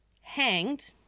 hanged